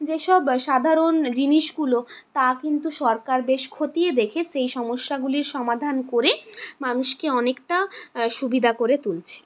যেসব সাধারণ জিনিসগুলো তা কিন্তু সরকার বেশ খতিয়ে দেখে সেই সমস্যাগুলির সমাধান করে মানুষকে অনেকটা সুবিধা করে তুলছে